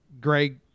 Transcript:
Greg